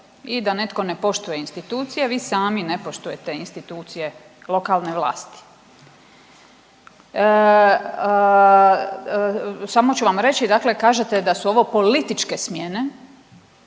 i da netko ne poštujete institucije, vi sami ne poštujete institucije lokalne vlasti. Samo ću vam reći dakle, kažete da su ovo političke smjene,